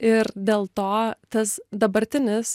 ir dėl to tas dabartinis